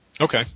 Okay